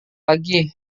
lagi